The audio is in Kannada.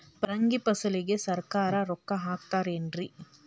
ಪರಂಗಿ ಫಸಲಿಗೆ ಸರಕಾರ ರೊಕ್ಕ ಹಾಕತಾರ ಏನ್ರಿ?